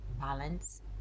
balance